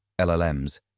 LLMs